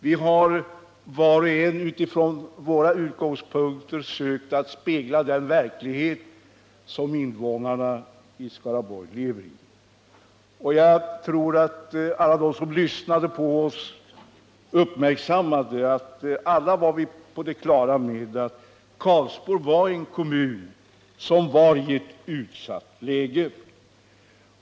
Vi har, var och en från egna utgångspunkter, sökt att spegla den verklighet som invånarna i Skaraborgs län lever i, och jag tror att de som lyssnade på oss uppmärksammade att vi alla var på det klara med att Karlsborg är en kommun som befinner sig i utsatt läge.